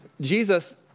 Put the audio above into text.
Jesus